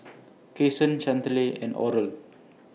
Cason Chantelle and Oral